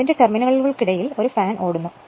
അതിന്റെ ടെർമിനലുകൾക്കിടയിൽ ഒരു ഫാൻ ഓടുന്നു